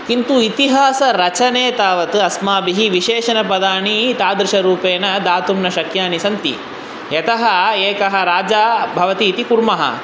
किन्तु इतिहासरचने तावत् अस्माभिः विशेषण पदानि तादृश रूपेण दातुं न शक्यानि सन्ति यतः एकः राजा भवति इति कुर्मः